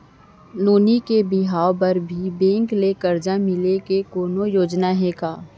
नोनी के बिहाव बर भी बैंक ले करजा मिले के कोनो योजना हे का?